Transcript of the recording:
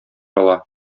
ала